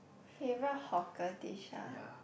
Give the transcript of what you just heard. favourite hawker dish ah